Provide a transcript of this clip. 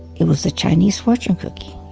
it was a chinese fortune cookie.